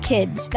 kids